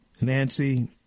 Nancy